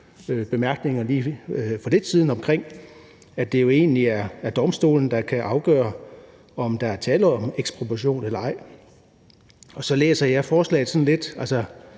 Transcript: bemærkninger for lidt siden om, at det jo egentlig er domstolene, der kan afgøre, om der er tale om ekspropriation eller ej. Og det her er jo så et forslag om, at